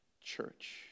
church